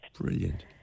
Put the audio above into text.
Brilliant